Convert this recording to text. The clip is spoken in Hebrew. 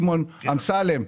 שמעון אמסלם.